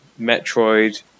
Metroid